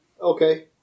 Okay